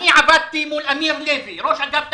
אני עבדתי מול אמיר לוי, ראש אגף תקציבים.